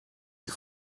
die